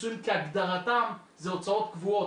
הפיצויים כהגדרתם זה הוצאות קבועות,